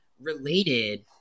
related